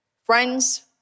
Friends